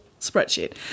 spreadsheet